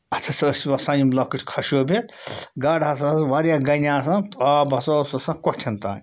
اَتھ ہسا ٲسۍ وَسان یِم لۄکٕٹۍ خشوب ہٮ۪تھ گاڈٕ ہَسا واریاہ گَنہِ آسان تہٕ آب ہَسا اوس آسان کۄٹھٮ۪ن تام